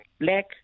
black